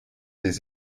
des